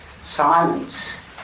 silence